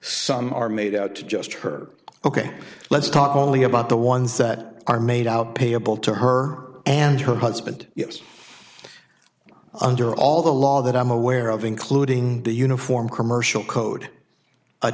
some are made out to just her ok let's talk only about the ones that are made out payable to her and her husband yes under all the law that i'm aware of including the uniform commercial code